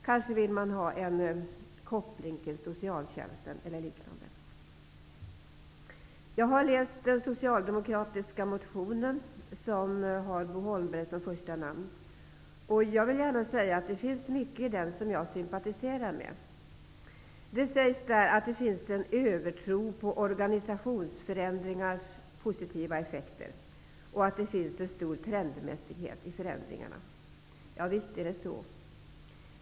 Kanske vill man ha en koppling till socialtjänsten eller liknande. Jag har läst den socialdemokratiska motionen med Bo Holmberg som förste undertecknare. Det finns mycket i den som jag sympatiserar med. I den sägs det att det finns en övertro på organisationsförändringars positiva effekter, och att det finns en stor trendmässighet i förändringarna. Ja, visst är det så.